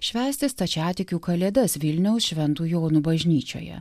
švęsti stačiatikių kalėdas vilniaus šventų jonų bažnyčioje